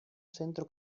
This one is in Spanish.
centro